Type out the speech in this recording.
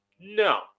No